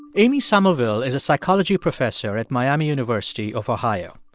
amy summerville is a psychology professor at miami university of ohio.